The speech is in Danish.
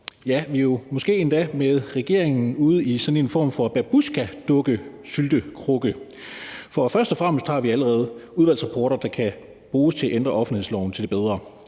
Ja, vi er måske endda med regeringen ude i sådan en form for babusjkadukkesyltekrukke. For først og fremmest har vi allerede udvalgsrapporter, der kan bruges til at ændre offentlighedsloven til det bedre.